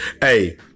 Hey